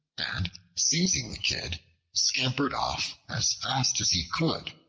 and seizing the kid scampered off as fast as he could.